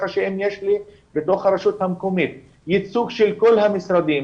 אם יש לי ברשות המקומית ייצוג של כל המשרדים,